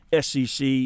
SEC